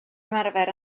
ymarfer